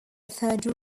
third